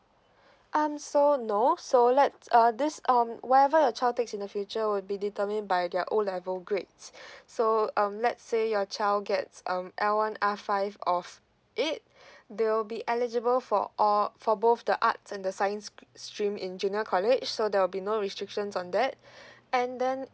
um so no so let uh this um whatever your child takes in the future will be determined by their O level grades so um let's say your child gets um L one R five of it they will be eligible for all for both the art and the science stream in junior college so there'll be no restrictions on that and then